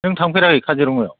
नों थांफेराखै काजिरङायाव